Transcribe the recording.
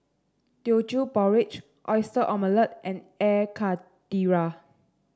Teochew Porridge Oyster Omelette and Air Karthira